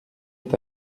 est